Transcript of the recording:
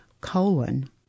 colon